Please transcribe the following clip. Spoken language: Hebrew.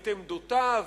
את עמדותיו,